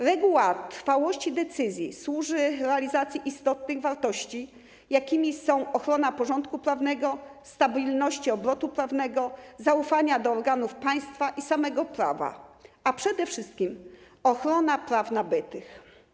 Reguła trwałości decyzji służy realizacji istotnych wartości, jakimi są ochrona porządku prawnego, stabilności obrotu prawnego, zaufania do organów państwa i samego prawa, a przede wszystkim - ochrona praw nabytych.